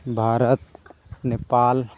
Bharat Nepal